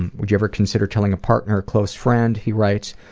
and would you ever consider telling a partner or close friend? he writes,